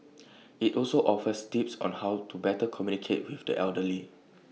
IT also offers tips on how to better communicate with the elderly